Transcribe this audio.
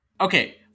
Okay